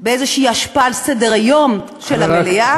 באיזו השפעה על סדר-היום של המליאה,